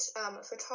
photography